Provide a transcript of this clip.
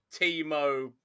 Timo